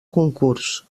concurs